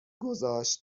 گذاشت